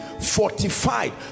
Fortified